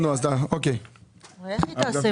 איך תעשה?